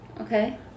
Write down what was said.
Okay